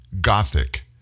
gothic